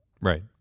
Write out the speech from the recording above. right